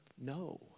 no